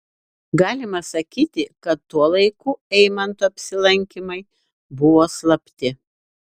galima sakyti kad tuo laiku eimanto apsilankymai buvo slapti